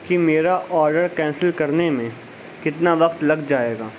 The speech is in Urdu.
کہ میرا آڈر کینسل کرنے میں کتنا وقت لگ جائے گا